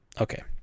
okay